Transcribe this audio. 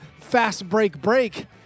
FASTBREAKBREAK